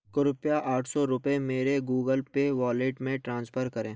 कृपया आठ रुपये मेरे गूगल पे वॉलेट में ट्रांसफ़र करें